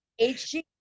HG